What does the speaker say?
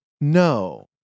No